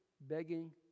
begging